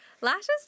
Lashes